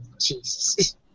Jesus